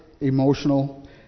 emotional